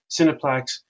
Cineplex